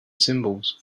symbols